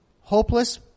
hopeless